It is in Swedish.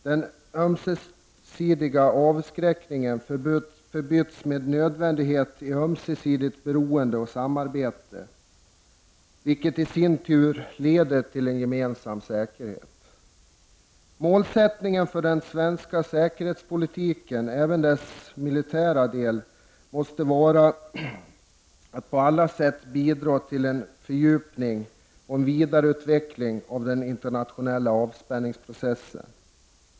Den ömsesidiga avskräckningen förbyts med nödvändighet i ömsesidigt beroende och samarbete, vilket i sin tur leder till en gemensam säkerhet. Målsättningen för den svenska säkerhetspolitiken, även dess militära del, måste vara att på alla sätt bidra till en fördjupning och en vidareutveckling av den internationella avspänningsprocessen.